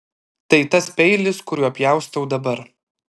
tai tas peilis kuriuo pjaustau dabar